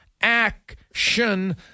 Action